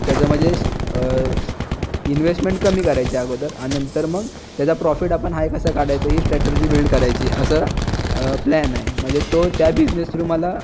त्याचं म्हणजे श् स् इन्वेसमेंट कमी करायची अगोदर आणि नंतर मग त्याचा प्रॉफिट आपण हाय कसा काढायचा ही स्टॅटर्जी बिल्ड करायची असं प्लॅन आहे म्हणजे तो त्या बिजनेस थ्रू मला